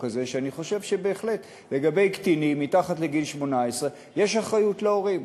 ואני חושב שבהחלט לגבי קטינים מתחת לגיל 18 יש אחריות להורים.